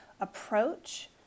approach